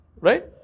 right